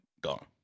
gone